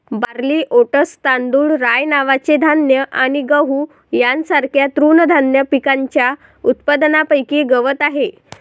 barley, oats, तांदूळ, rye नावाचे धान्य आणि गहू यांसारख्या तृणधान्य पिकांच्या उत्पादनापैकी गवत आहे